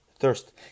thirst